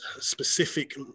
specific